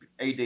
AD